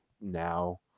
now